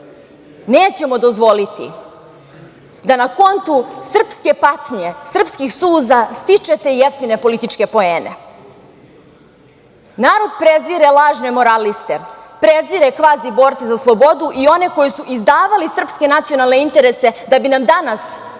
nećemo dozvoliti da na kontu srpske patnje, srpskih suza stičete jeftine političke poene. Narod prezire lažne moraliste, prezire kvazi borce za slobodu i one koji su izdavali srpske nacionalne interese da bi nam danas